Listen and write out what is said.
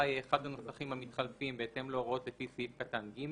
יהיה אחד הנוסחים המתחלפים בהתאם להוראות לפי סעיף קטן (ג),